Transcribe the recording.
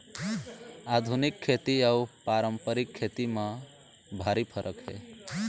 आधुनिक खेती अउ पारंपरिक खेती म भारी फरक हे